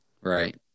Right